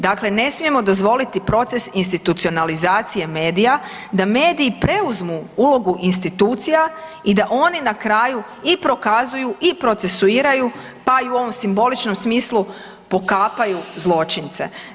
Dakle, ne smijemo dozvoliti proces institucionalizacije medija, da mediji preuzmu ulogu institucija i da oni na kraju i prokazuju i procesuiraju pa i u ovom simboličnom smislu pokapaju zločince.